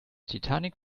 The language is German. titanic